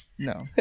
no